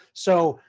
so,